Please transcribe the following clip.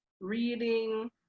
reading